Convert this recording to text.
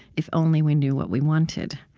if only we knew what we wanted?